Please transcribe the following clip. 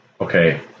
okay